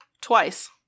twice